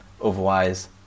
otherwise